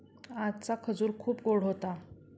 आजचा खजूर खूप गोड होता